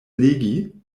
legi